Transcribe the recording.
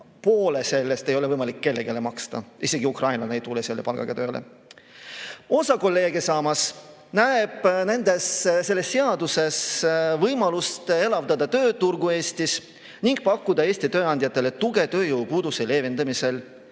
poolt sellest ei ole võimalik kellelegi maksta. Isegi ukrainlane ei tule selle palgaga tööle. Osa kolleege samas näeb selles seaduses võimalust elavdada tööturgu Eestis ning pakkuda Eesti tööandjatele tuge tööjõupuuduse leevendamisel,